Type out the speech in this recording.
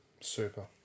Super